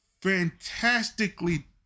fantastically